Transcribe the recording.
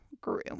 grew